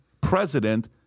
president